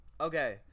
Okay